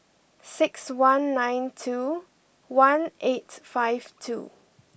six one nine two one eight five two